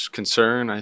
concern